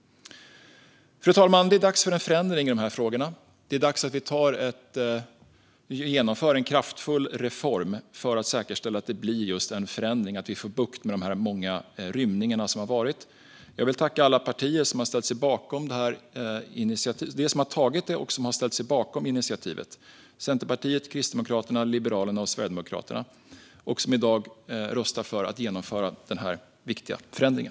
Fru talman! Det är dags för en förändring i frågorna. Det är dags att genomföra en kraftfull reform för att säkerställa att det blir en förändring, att vi får bukt med de många rymningarna. Jag vill tacka alla partier som har tagit initiativet och de som har ställt sig bakom det, det vill säga Centerpartiet, Kristdemokraterna, Liberalerna och Sverigedemokraterna, och som i dag röstar för att genomföra den här viktiga förändringen.